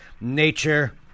nature